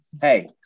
Hey